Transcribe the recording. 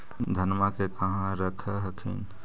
धनमा के कहा रख हखिन?